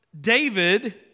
David